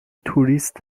توریست